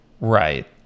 Right